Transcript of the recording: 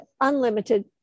unlimited